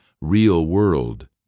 real-world